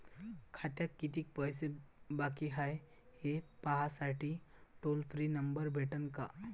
खात्यात कितीकं पैसे बाकी हाय, हे पाहासाठी टोल फ्री नंबर भेटन का?